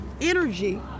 energy